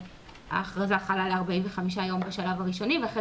ההכרזה חלה על 45 יום בשלב הראשוני ואחרי